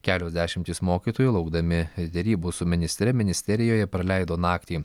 kelios dešimtys mokytojų laukdami derybų su ministre ministerijoje praleido naktį